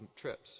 trips